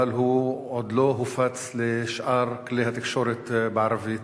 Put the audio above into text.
אבל הוא עוד לא הופץ לשאר כלי התקשורת בערבית,